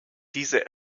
diese